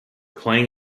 playing